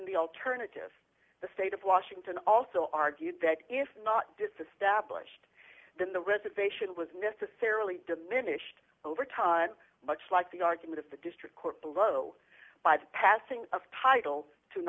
in the alternative the state of washington also argued that if not disestablished then the reservation was necessarily diminished over time much like the argument of the district court below by the passing of title t